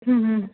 હં હં